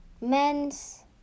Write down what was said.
men's